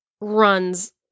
runs